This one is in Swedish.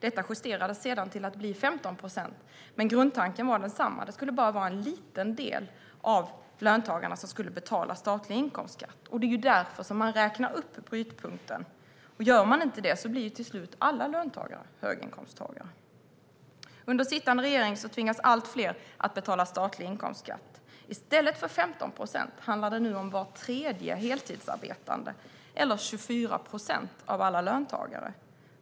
Detta justerades sedan till 15 procent, men grundtanken var densamma, alltså att endast en liten del av löntagarna skulle betala statlig inkomstskatt. Det är ju därför man räknar upp brytpunkten. Gör man inte det blir ju till slut alla löntagare höginkomsttagare. Under sittande regering tvingas allt fler att betala statlig inkomstskatt. I stället för 15 procent av löntagarna handlar det nu om var tredje heltidsarbetande eller 24 procent av alla löntagare.